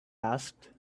asked